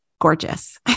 gorgeous